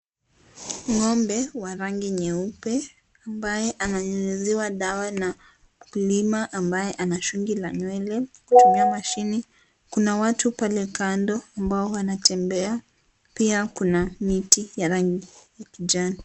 Ng'ombe wa rangi nyeupe ambaye ananyunyiziwa dawa na mkulima ambaye ana shungi la nywele kutumia mashine kuna watu pale kando ambao wanatembea pia kuna miti ya rangi ya kijani.